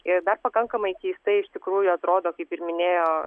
ir dar pakankamai keistai iš tikrųjų atrodo kaip ir minėjo